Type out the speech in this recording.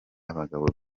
abagabo